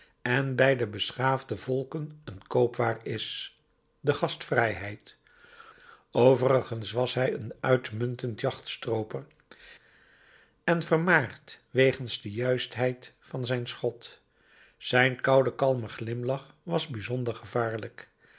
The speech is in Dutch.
en bij de beschaafde volken een koopwaar is de gastvrijheid overigens was hij een uitmuntend jachtstrooper en vermaard wegen de juistheid van zijn schot zijn koude kalme glimlach was bijzonder gevaarlijk